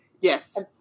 Yes